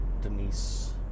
Denise